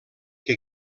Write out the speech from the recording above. que